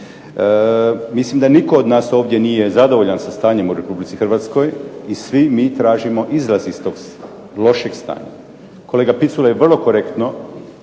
Mislim da nitko od nas ovdje nije zadovoljan sa stanjem u Republici Hrvatskoj i svi mi tražimo izlaz iz tog lošeg stanja. Kolega Picula je vrlo korektno